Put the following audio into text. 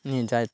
নিয়ে যায়